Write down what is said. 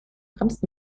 bremst